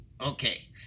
Okay